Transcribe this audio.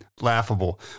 laughable